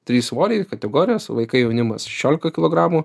trys svoriai kategorijos vaikai jaunimas šešiolika kilogramų